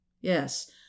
Yes